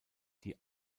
die